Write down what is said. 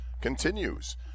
continues